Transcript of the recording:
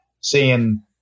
seeing